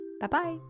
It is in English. bye-bye